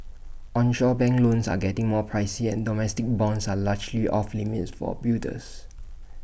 onshore bank loans are getting more pricey and domestic bonds are largely off limits for builders